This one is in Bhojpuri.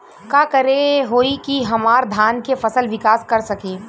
का करे होई की हमार धान के फसल विकास कर सके?